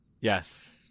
Yes